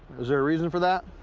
is there a reason for that?